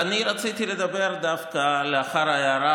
אני רציתי לדבר דווקא לאחר ההערה,